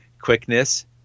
Quickness